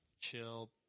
chill